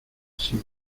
sido